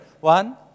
One